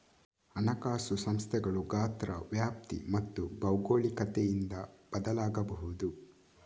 ಹಣಕಾಸು ಸಂಸ್ಥೆಗಳು ಗಾತ್ರ, ವ್ಯಾಪ್ತಿ ಮತ್ತು ಭೌಗೋಳಿಕತೆಯಿಂದ ಬದಲಾಗಬಹುದು